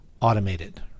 automated